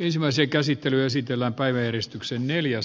ensimmäisen käsittely esitellä päiväjärjestyksen hyvin